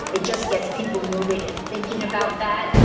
it just gets people moving and thinking about that,